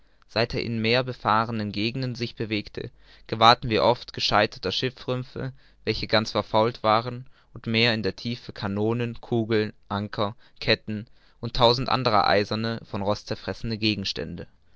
seit er in mehr befahrenen gegenden sich bewegte gewahrten wir oft gescheiterte schiffsrümpfe welche ganz verfault waren und mehr in der tiefe kanonen kugeln anker ketten und tausend andere eiserne von rost zerfressene gegenstände